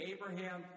Abraham